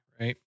right